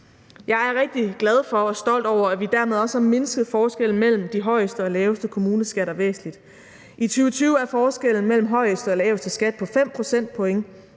Jeg er rigtig glad for og stolt over, at vi dermed har mindsket forskellen mellem de højeste og laveste kommuneskatter væsentligt. I 2020 er forskellen mellem højeste og laveste skat på 5 procentpoint.